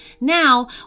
Now